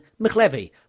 McLevy